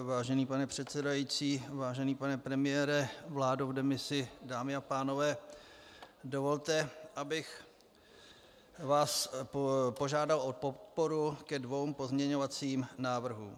Vážený pane předsedající, vážený pane premiére, vládo v demisi, dámy a pánové, dovolte, abych vás požádal o podporu dvou pozměňovacích návrhů.